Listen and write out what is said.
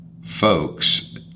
folks